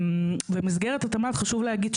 במסגרת התלמ"ת חשוב להגיד,